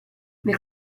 nel